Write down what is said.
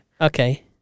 Okay